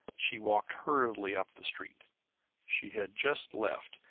she walked hurriedly up the street she had just left,